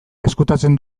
ezkutatzen